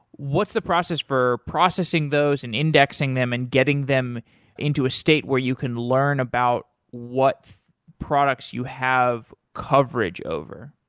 what's the process for processing those and indexing them and getting them into a state where you can learn about what products you have coverage over?